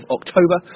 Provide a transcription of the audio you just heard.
October